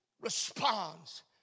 responds